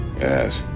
Yes